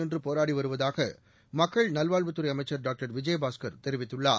நின்று போராடி வருவதாக மக்கள் நல்வாழ்வுத்துறை அமைச்சர் டாக்டர் விஜயபாஸ்கர் தெரிவித்துள்ளார்